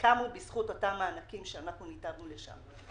קמו בזכות אותם מענקים שניתבנו לשם.